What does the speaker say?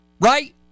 Right